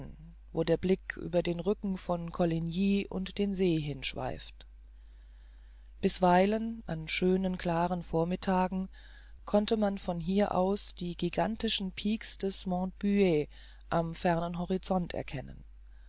wo der blick über den rücken von cologny und den see hinschweift bisweilen an schönen klaren vormittagen konnte man von hier aus die gigantischen pics des mont buet am fernen horizont erkennen